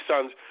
sons